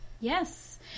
Yes